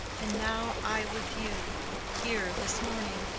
and now i with you here this morning,